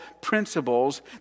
principles